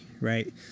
right